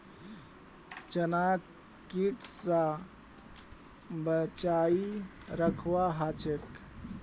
चनाक कीट स बचई रखवा ह छेक